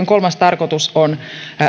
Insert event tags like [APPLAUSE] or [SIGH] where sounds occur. [UNINTELLIGIBLE] kolmas tarkoitus on